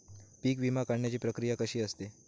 पीक विमा काढण्याची प्रक्रिया कशी असते?